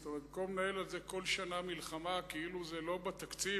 כלומר במקום לנהל על זה כל שנה מלחמה כאילו זה לא בתקציב,